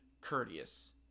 courteous